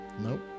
Nope